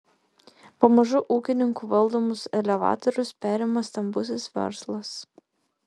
pamažu ūkininkų valdomus elevatorius perima stambusis verslas